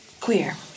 queer